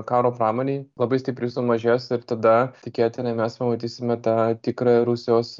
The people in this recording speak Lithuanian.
karo pramonei labai stipriai sumažės ir tada tikėtinai mes pamatysime tą tikrą rusijos